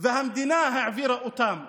המדינה העבירה אותם,